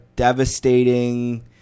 devastating